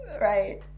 right